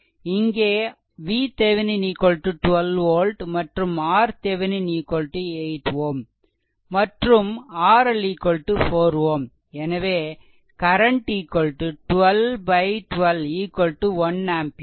இங்கே VThevenin 12 volt மற்றும் RThevenin 8 Ω மற்றும் RL 4 Ω எனவே கரண்ட் 1212 1 ஆம்பியர்